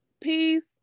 peace